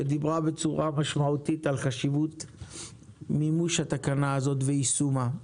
שדיברה בצורה משמעותית על חשיבות מימוש התקנה הזאת ויישומה.